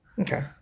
okay